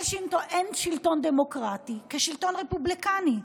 אין שלטון דמוקרטי כשלטון רפובליקני.